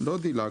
לא דילגנו.